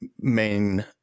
main